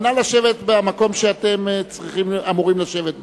אבל נא לשבת במקום שאתם אמורים לשבת בו.